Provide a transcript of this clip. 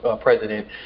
president